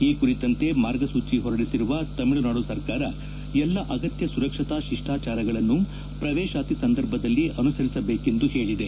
ಈ ಕುರಿತಂತೆ ಮಾರ್ಗಸೂಚಿ ಹೊರಡಿಸಿರುವ ತಮಿಳುನಾದು ಸರ್ಕಾರ ಎಲ್ಲಾ ಅಗತ್ಯ ಸುರಕ್ಷತಾ ಶಿಷ್ಟಾಚಾರಗಳನ್ನು ಪ್ರವೇಶಾತಿ ಸಂದರ್ಭದಲ್ಲಿ ಅನುಸರಿಸಬೇಕೆಂದು ಹೇಳಿದೆ